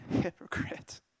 Hypocrite